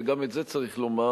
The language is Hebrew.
וגם את זה צריך לומר,